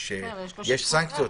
יש סנקציות.